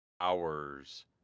hours